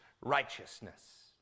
righteousness